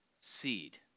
seed